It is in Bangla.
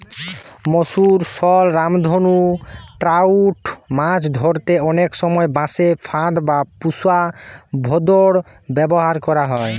মাগুর, শল, রামধনু ট্রাউট মাছ ধরতে অনেক সময় বাঁশে ফাঁদ বা পুশা ভোঁদড় ব্যাভার করা হয়